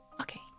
Okay